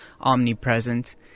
omnipresent